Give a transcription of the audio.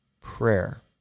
prayer